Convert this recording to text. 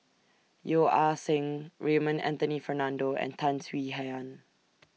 Yeo Ah Seng Raymond Anthony Fernando and Tan Swie Hian